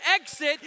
exit